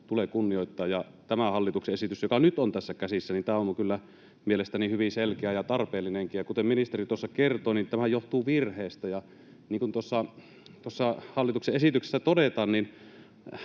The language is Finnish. tulee kunnioittaa. Tämä hallituksen esitys, joka nyt on tässä käsissä, on kyllä mielestäni hyvin selkeä ja tarpeellinenkin. Kuten ministeri tuossa kertoi, niin tämähän johtuu virheestä, ja niin kuin tuossa hallituksen esityksessä todetaan,